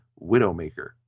Widowmaker